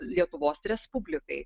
lietuvos respublikai